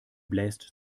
bläst